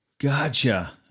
Gotcha